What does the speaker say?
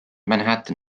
manhattan